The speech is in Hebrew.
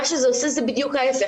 מה שזה עושה זה בדיוק ההיפך,